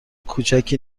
کوچکی